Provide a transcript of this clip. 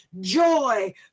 joy